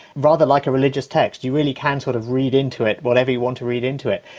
rather like a religious text, you really can sort of read into it whatever you want to read into it.